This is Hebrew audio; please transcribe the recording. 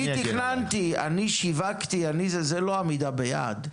אני תכננתי, אני שיווקתי, זה לא עמידה ביעד.